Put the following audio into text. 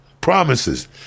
promises